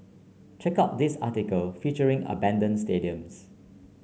check out this article featuring abandoned stadiums